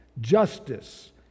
Justice